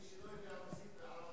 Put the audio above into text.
מי שלא יודע רוסית וערבית,